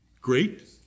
Great